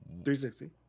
360